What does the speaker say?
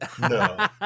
No